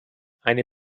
eine